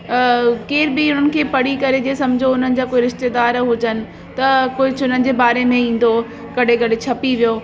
केर बि हुननि खे पढ़ी करे जीअं समुझो हुननि जा कोई रिश्तेदार हुजनि त कोई चुननि जे बारे में ईंदो कॾहिं कॾहिं छपी वियो